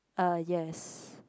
uh yes